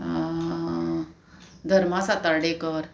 Dharma Satardekar